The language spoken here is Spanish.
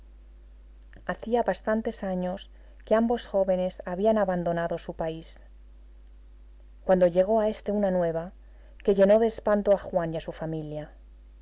predilección hacía bastantes años que ambos jóvenes habían abandonado su país cuando llegó a este una nueva que llenó de espanto a juan y a su familia